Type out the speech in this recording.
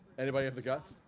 anybody have the guts?